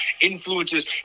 influences